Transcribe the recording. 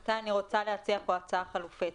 אני רוצה להציע פה הצעה חלופית.